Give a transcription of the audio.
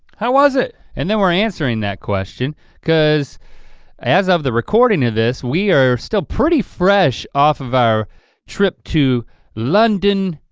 how was it? and then we're answering that question cause as of the recording of this, we are still pretty fresh off of our trip to london,